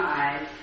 eyes